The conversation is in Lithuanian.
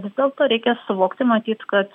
vis dėlto reikia suvokti matyt kad